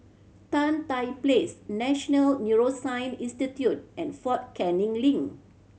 Tan Tye Place National Neuroscience Institute and Fort Canning Link